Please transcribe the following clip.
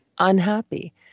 unhappy